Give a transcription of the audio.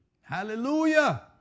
Hallelujah